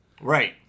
Right